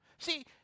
See